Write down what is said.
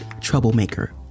troublemaker